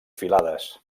filades